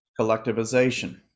collectivization